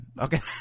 Okay